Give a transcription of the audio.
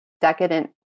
decadent